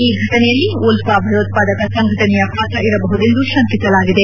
ಈ ಘಟನೆಯಲ್ಲಿ ಉಲ್ಪಾ ಭಯೋತ್ವಾದಕ ಸಂಘಟನೆಯ ಪಾತ್ರ ಇರಬಹುದೆಂದು ಶಂಕಿಸಲಾಗಿದೆ